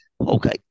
Okay